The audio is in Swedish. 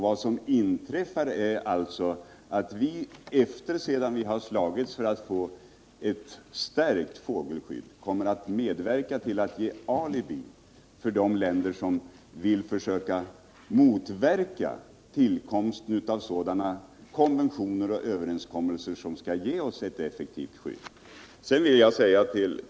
Vad som inträffar är alltså att vi, efter det att vi slagits för att få ett starkt fågelskydd, kommer att medverka till att ge alibi åt de länder som vill försöka motverka tillkomsten av sådana konventioner och överenskommelser som kan ge oss ett effektivt skydd.